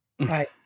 Right